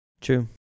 True